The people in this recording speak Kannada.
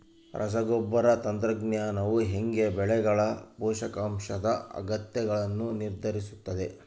ರಸಗೊಬ್ಬರ ತಂತ್ರಜ್ಞಾನವು ಹೇಗೆ ಬೆಳೆಗಳ ಪೋಷಕಾಂಶದ ಅಗತ್ಯಗಳನ್ನು ನಿರ್ಧರಿಸುತ್ತದೆ?